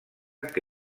que